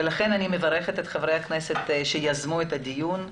לכן אני מברכת את חברי הכנסת שיזמו את הדיון.